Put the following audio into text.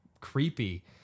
creepy